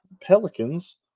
Pelicans